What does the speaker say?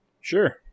sure